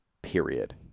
Period